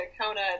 Kona